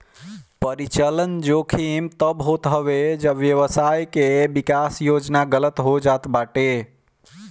परिचलन जोखिम तब होत हवे जब व्यवसाय के विकास योजना गलत हो जात बाटे